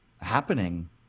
happening